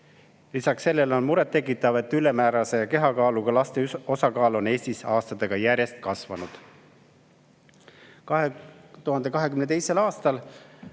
Lisaks sellele on muret tekitav, et ülemäärase kehakaaluga laste osakaal on Eestis aastatega järjest kasvanud.